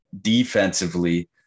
defensively